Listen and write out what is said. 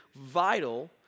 vital